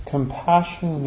Compassion